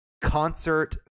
concert